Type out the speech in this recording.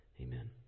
Amen